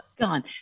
Gone